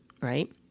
right